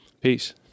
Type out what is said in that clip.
Peace